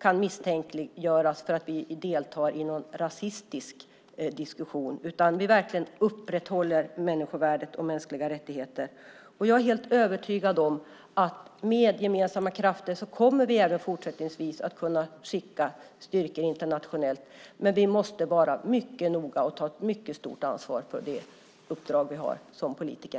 kan misstänkliggöras för att delta i en rasistisk diskussion utan att vi verkligen upprätthåller människovärdet och mänskliga rättigheter. Jag är helt övertygad om att vi med gemensamma krafter även fortsättningsvis kommer att kunna skicka styrkor internationellt. Men vi måste vara mycket noga och ta ett mycket stort ansvar för det uppdrag vi har som politiker.